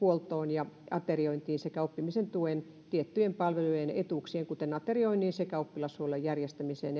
ja ateriointiin sekä oppimisen tuen tiettyjen palvelujen ja etuuksien kuten aterioinnin sekä oppilashuollon järjestämiseen